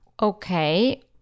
Okay